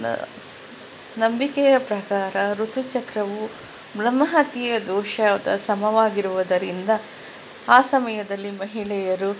ನಸ್ ನಂಬಿಕೆಯ ಪ್ರಕಾರ ಋತುಚಕ್ರವು ಬ್ರಹ್ಮಹತ್ಯೆಯ ದೋಷದ ಸಮವಾಗಿರುವುದರಿಂದ ಆ ಸಮಯದಲ್ಲಿ ಮಹಿಳೆಯರು